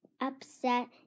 upset